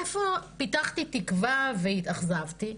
איפה פיתחתי תקווה והתאכזבתי?